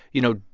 you know,